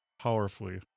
powerfully